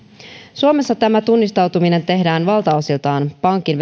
suomessa tämä tunnistautuminen tehdään valtaosiltaan pankin